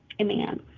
amen